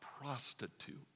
prostitute